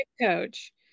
coach